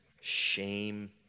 Shame